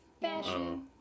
Fashion